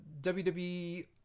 WWE